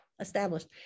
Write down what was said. established